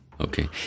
Okay